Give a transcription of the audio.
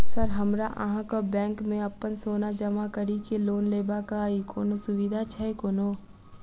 Sir हमरा अहाँक bank मे अप्पन सोना जमा करि केँ लोन लेबाक अई कोनो सुविधा छैय कोनो?